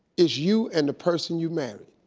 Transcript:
is you and the person you marry.